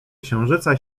księżyca